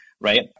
right